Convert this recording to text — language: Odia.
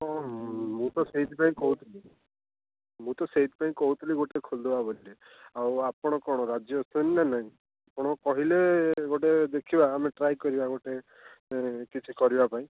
ହଁ ମୁଁ ତ ସେଥିପାଇଁ କହୁଥିଲି ମୁଁ ତ ସେଥିପାଇଁ କହୁଥିଲି ଗୋଟେ ଖେଲି ଦେବା ବୋଲି ଆଉ ଆପଣ କ'ଣ ରାଜି ଅଛନ୍ତି ନା ନାଇଁ ଆପଣ କହିଲେ ଗୋଟେ ଦେଖିବା ଆମେ ଟ୍ରାଏ କରିବା ଗୋଟେ କିଛି କରିବା ପାଇଁ